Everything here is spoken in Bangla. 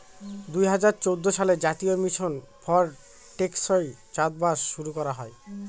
দুই হাজার চৌদ্দ সালে জাতীয় মিশন ফর টেকসই চাষবাস শুরু করা হয়